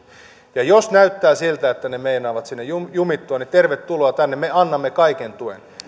ja jos näyttää siltä että ne meinaavat sinne jumittua niin tervetuloa tänne me annamme kaiken tuen